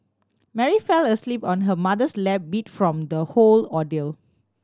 Mary fell asleep on her mother's lap beat from the whole ordeal